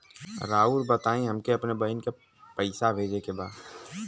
राउर बताई हमके अपने बहिन के पैसा भेजे के बा?